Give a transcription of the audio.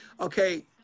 Okay